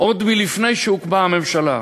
עוד לפני שהוקמה הממשלה?